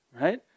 Right